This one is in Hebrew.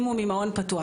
אם הוא ממעון פתוח,